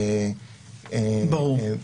דרך אגב,